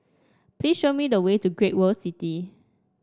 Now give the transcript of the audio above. please show me the way to Great World City